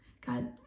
God